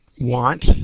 want